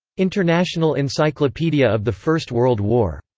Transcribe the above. international encyclopedia of the first world war.